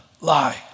lie